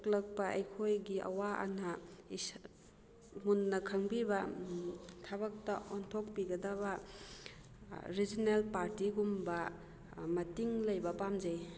ꯊꯣꯛꯂꯛꯄ ꯑꯩꯈꯣꯏꯒꯤ ꯑꯋꯥ ꯑꯅꯥ ꯃꯨꯟꯅ ꯈꯪꯕꯤꯕ ꯊꯕꯛꯇ ꯑꯣꯟꯊꯣꯛꯄꯤꯒꯗꯕ ꯔꯤꯖꯅꯦꯜ ꯄꯥꯔꯇꯤꯒꯨꯝꯕ ꯃꯇꯤꯡ ꯂꯩꯕ ꯄꯥꯝꯖꯩ